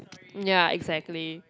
ya exactly